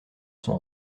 son